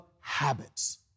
habits